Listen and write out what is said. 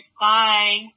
Bye